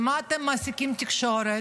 במה אתם מעסיקים את התקשורת?